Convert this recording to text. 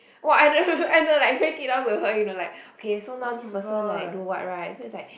!wah! I don't know like break it down with her you know like okay so now this person like do what right so it's like